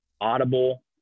audible